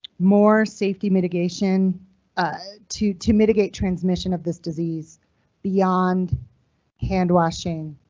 more safety mitigation ah to to mitigate transmission of this disease beyond hand washing.